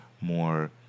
more